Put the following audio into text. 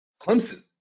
Clemson